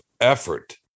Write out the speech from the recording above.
effort